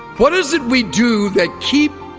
what is it we do that keep